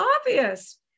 obvious